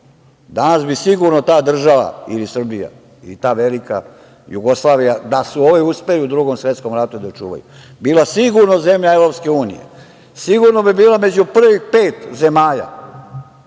Danas bi sigurno ta država ili Srbija ili ta velika Jugoslavija, da su ovi uspeli u Drugom svetskom ratu da je očuvaju, bila sigurno zemlja EU. Sigurno bi bila među prvih pet zemalja